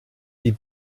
die